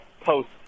post